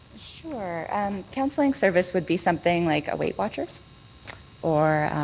sure. and counseling service would be something like a weight watchers or